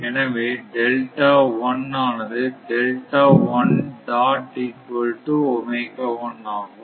எனவே ஆனது ஆகும்